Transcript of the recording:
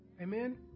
Amen